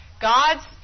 God's